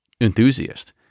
enthusiast